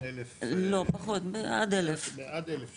1,000. לא, פחות, עד 1000. עד 1,000 שקל.